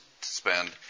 spend